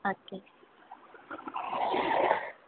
okay